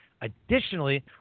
Additionally